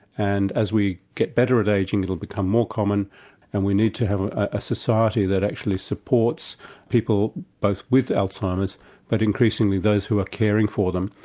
and as we get better at ageing it'll become more common and we need to have a society that actually supports people, both with alzheimer's but increasingly those who are caring for them,